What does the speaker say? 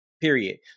period